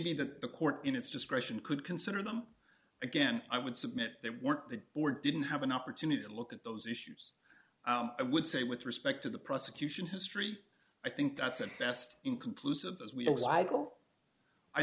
be that the court in its discretion could consider them again i would submit they weren't the board didn't have an opportunity to look at those issues i would say with respect to the prosecution history i think that's a best inconclusive as we